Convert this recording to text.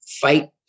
fight